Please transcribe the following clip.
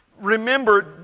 remember